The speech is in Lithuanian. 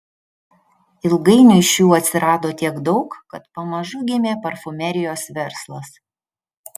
ilgainiui šių atsirado tiek daug kad pamažu gimė parfumerijos verslas